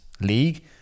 league